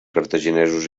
cartaginesos